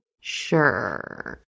Sure